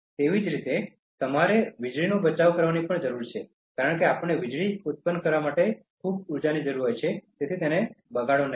તેવી જ રીતે તમારે વીજળીનું બચાવ કરવાની જરૂર છે કારણ કે આપણને વીજળી ઉત્પન્ન કરવા માટે ખૂબ ઉર્જાની જરૂર હોય છે તેથી તે બગાડો નહીં